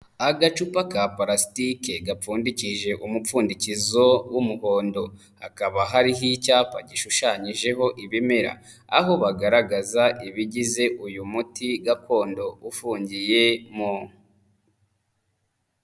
Agacupa ka palasitike gapfundikije umupfundikizo w'umuhondo, hakaba hariho icyapa gishushanyijeho ibimera aho bagaragaza ibigize uyu muti gakondo ufungiye mo.